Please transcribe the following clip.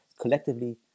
collectively